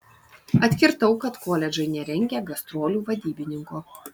atkirtau kad koledžai nerengia gastrolių vadybininko